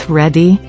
ready